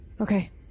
Okay